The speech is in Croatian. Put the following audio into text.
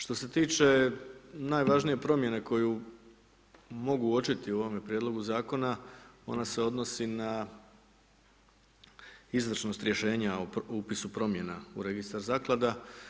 Što se tiče najvažnije promjene, koju mogu uopćiti u ovome prijedlogu zakona, ona se odnosi na izvršnost rješenja o upisu promjena u registru zaklada.